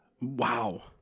Wow